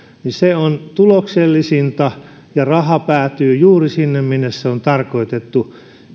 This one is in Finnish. niin se on tuloksellisinta ja raha päätyy juuri sinne minne se on tarkoitettu